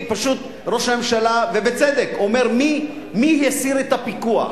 ראש הממשלה, ובצדק, אומר: מי הסיר את הפיקוח?